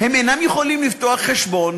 הם אינם יכולים לפתוח חשבון,